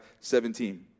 17